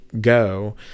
go